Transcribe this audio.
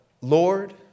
Lord